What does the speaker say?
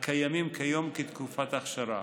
הקיימים כיום כתקופת האכשרה